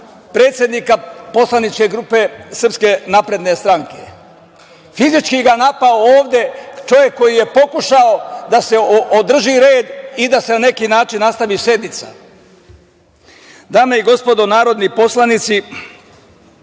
predsednika poslaničke grupe SNS. Fizički ga napao ovde, čovek koji je pokušao da održi red i da se na neki način nastavi sednica. Dame i gospodo narodni poslanici,